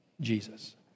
Jesus